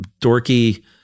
dorky